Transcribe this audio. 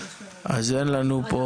אין לנו פה